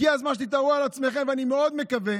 הגיע הזמן שתתעוררו, ואני מאוד מקווה